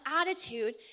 attitude